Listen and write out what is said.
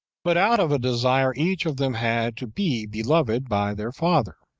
but out of a desire each of them had to be beloved by their father.